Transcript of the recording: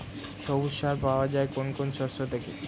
সবুজ সার পাওয়া যায় কোন কোন শস্য থেকে?